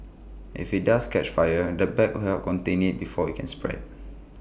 if IT does catch fire the bag will contain IT before IT can spread